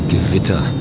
Gewitter